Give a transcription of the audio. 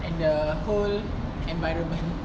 and the whole environment